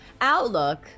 Outlook